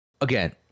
again